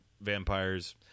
vampires